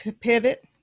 pivot